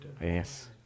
Yes